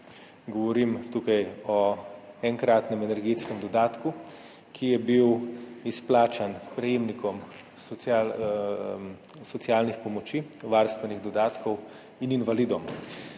govorim o enkratnem energetskem dodatku, ki je bil izplačan prejemnikom socialnih pomoči, varstvenih dodatkov in invalidom.